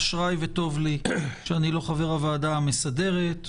אשריי וטוב לי שאני לא חבר הוועדה המסדרת,